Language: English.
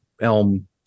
elm